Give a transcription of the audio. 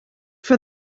for